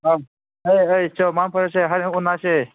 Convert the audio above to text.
ꯑꯥ ꯑꯩ ꯑꯩ ꯃꯪ ꯐꯔꯁꯦ ꯍꯌꯦꯡ ꯎꯟꯅꯁꯦ